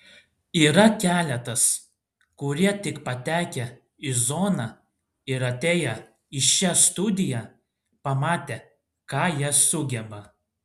yra keletas kurie tik patekę į zoną ir atėję į šią studiją pamatė ką jie sugeba